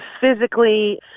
physically